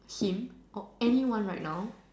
him or anyone right now